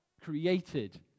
created